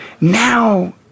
Now